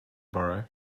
borrow